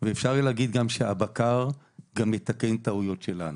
ואפשר להגיד גם שהבקר גם מתקן טעויות שלנו.